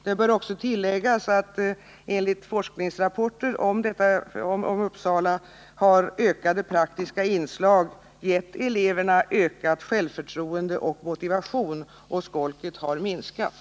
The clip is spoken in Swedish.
Det bör också tilläggas att enligt forskningsrapporter har i Uppsalafallet ökade praktiska inslag givit eleverna större självförtroende och motivation, och skolket har minskat.